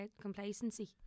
complacency